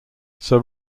sir